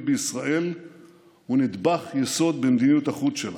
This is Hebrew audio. בישראל הוא נדבך יסוד במדיניות החוץ שלנו.